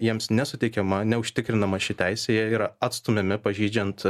jiems nesuteikiama neužtikrinama ši teisė jie yra atstumiami pažeidžiant